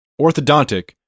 orthodontic